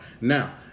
Now